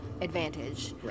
advantage